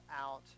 out